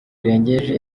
irengeje